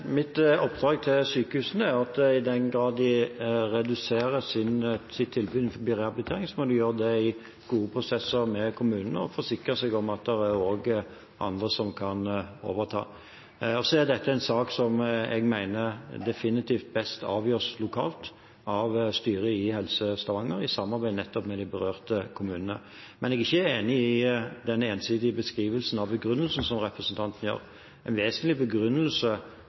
Mitt oppdrag til sykehusene er at de i den grad de reduserer sitt tilbud innen rehabilitering, må gjøre det i gode prosesser med kommunene og forsikre seg om at det er andre som kan overta. Dette er en sak som jeg mener definitivt best avgjøres lokalt av styret i Helse Stavanger i samarbeid med de berørte kommunene. Jeg er ikke enig i den ensidige beskrivelsen av begrunnelsen som representanten gir. En vesentlig begrunnelse